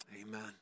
Amen